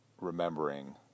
remembering